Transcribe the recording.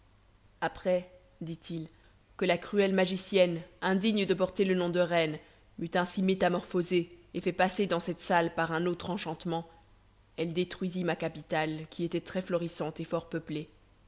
après dit-il que la cruelle magicienne indigne de porter le nom de reine m'eut ainsi métamorphosé et fait passer dans cette salle par un autre enchantement elle détruisit ma capitale qui était très florissante et fort peuplée